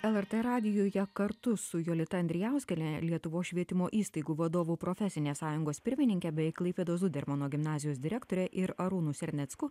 lrt radijuje kartu su jolita andrijauskiene lietuvos švietimo įstaigų vadovų profesinės sąjungos pirmininke bei klaipėdos zudermano gimnazijos direktore ir arūnu sernecku